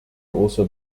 also